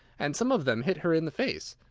and some of them hit her in the face.